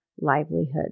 livelihood